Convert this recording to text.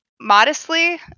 modestly